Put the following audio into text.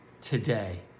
today